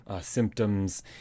symptoms